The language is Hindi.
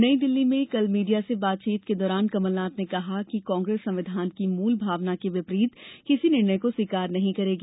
नई दिल्ली में कल मीडिया से बातचीत के दौरान कमलनाथ ने कहा कि कांग्रेस संविधान की मूल भावना के विपरीत किसी निर्णय को स्वीकार नहीं करेगी